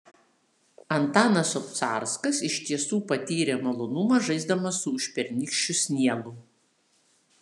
antanas obcarskas iš tiesų patyrė malonumą žaisdamas su užpernykščiu sniegu